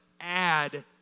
add